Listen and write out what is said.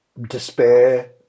despair